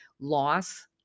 loss